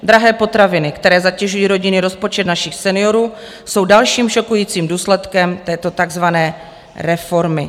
Drahé potraviny, které zatěžují rodinný rozpočet našich seniorů, jsou dalším šokujícím důsledkem této takzvané reformy.